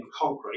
concrete